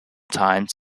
times